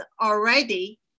already